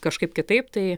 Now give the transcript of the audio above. kažkaip kitaip tai